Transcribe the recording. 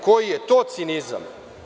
Koji je to cinizam.